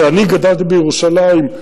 אני גדלתי בירושלים,